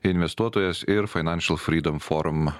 investuotojas ir financial freedom forum